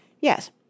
Yes